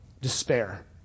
despair